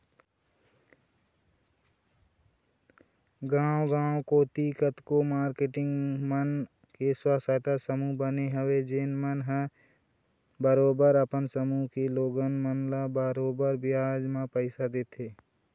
गाँव गाँव कोती कतको मारकेटिंग मन के स्व सहायता समूह बने हवय जेन मन ह बरोबर अपन समूह के लोगन मन ल बरोबर बियाज म पइसा देथे